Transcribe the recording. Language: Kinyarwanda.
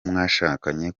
mwashakanye